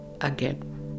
again